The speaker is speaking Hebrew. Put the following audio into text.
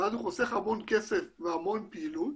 חוסך המון כסף והמון פעילות